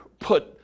put